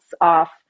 off